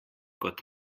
kot